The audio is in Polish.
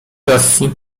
rosji